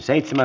asia